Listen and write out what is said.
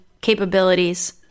capabilities